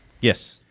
Yes